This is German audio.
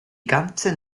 ganze